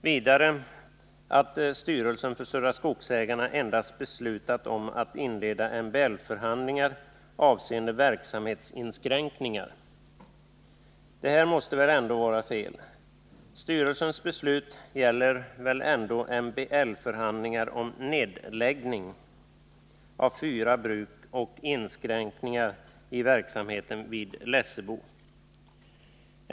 Vidare heter det att styrelsen för Södra Skogsägarna endast beslutat om att inleda MBL-förhandlingar avseende verksamhetsinskränkningar. Det här måste väl ändå vara fel. Styrelsens beslut gäller väl MBL-förhandlingar om nedläggning av fyra bruk och inskränkningar i verksamheten vid Lessebo?